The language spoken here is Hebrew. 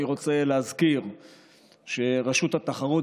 אני רוצה להזכיר שרשות התחרות,